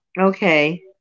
okay